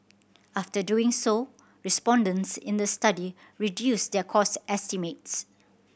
after doing so respondents in the study reduced their cost estimates